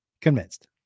convinced